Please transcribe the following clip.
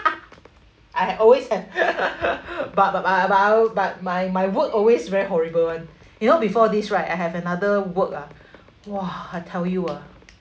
I have always have but my my work always very horrible [one] you know before this right I have another work ah !wah! I tell you ah